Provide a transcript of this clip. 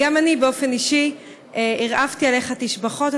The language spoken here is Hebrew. גם אני באופן אישי הרעפתי עליך תשבחות,